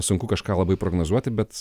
sunku kažką labai prognozuoti bet